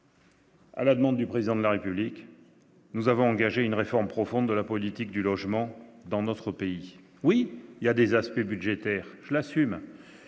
à la demande du Président de la République, nous avons engagé une réforme profonde de la politique du logement dans notre pays. Oui, certaines décisions sont d'ordre budgétaire : je les assume.